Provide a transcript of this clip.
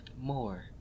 more